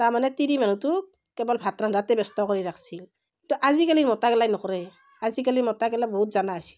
তাৰমানে তিৰি মানুহটোক কেৱল ভাত ৰন্ধাতেই ব্যস্ত কৰি ৰাখিছিল ত' আজিকালি মতাগিলাই নকৰে আজিকালি মতা গিলাই বহুত জনা হৈছে